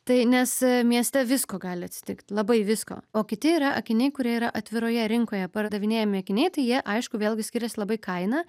tai nes mieste visko gali atsitikt labai visko o kiti yra akiniai kurie yra atviroje rinkoje pardavinėjami akiniai tai jie aišku vėlgi skiriasi labai kaina